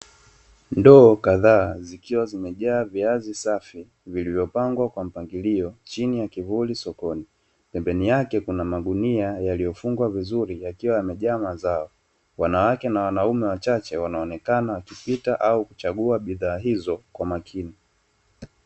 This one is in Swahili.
Ndoo kadhaa zikiwa zimejaa viazi safi vilivyopangwa kwa mpangilio chini ya kivuli sokoni, pembeni yake kuna magunia yaliyofungwa vizuri yakiwa yamejaa mazao, wanawake na wanaume wachache wanaonekana wakipita au kuchagua bidhaa hizo kwa makini.